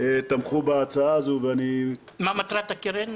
תמכו בהצעה הזו ואני --- מה מטרת הקרן,